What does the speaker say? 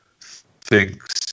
thinks